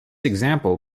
example